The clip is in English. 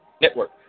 Network